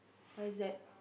what is that